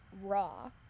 raw